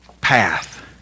path